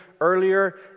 earlier